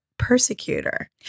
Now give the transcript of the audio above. persecutor